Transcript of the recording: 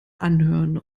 anhören